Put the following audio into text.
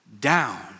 down